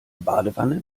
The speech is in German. badewanne